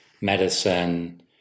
medicine